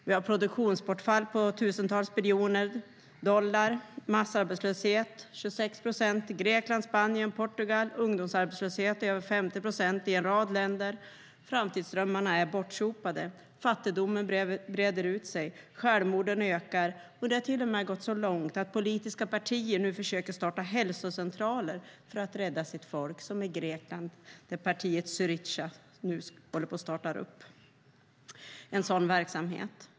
Vi har produktionsbortfall på tusentals miljarder dollar, massarbetslöshet på 26 procent i Grekland, Spanien och Portugal och en ungdomsarbetslöshet på över 50 procent i en rad länder. Framtidsdrömmarna är bortsopade. Fattigdomen breder ut sig. Självmorden ökar. Det har till och med gått så långt att politiska partier nu försöker starta hälsocentraler för att rädda sitt folk, som i Grekland där partiet Syriza nu håller på att starta en sådan verksamhet.